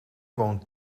woont